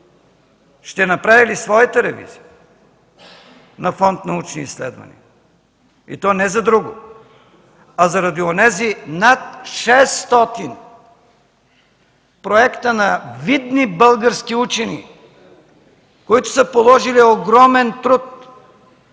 ще направи ли своята ревизия на Фонд „Научни изследвания”? И то не за друго, а заради онези над 600 проекта на видни български учени, които са положили огромен труд да